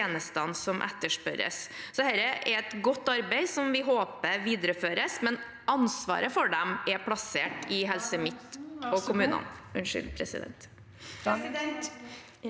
som etterspørres. Dette er et godt arbeid som vi håper videreføres, men ansvaret for det er plassert i Helse Midt-Norge og kommunene.